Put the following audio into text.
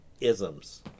isms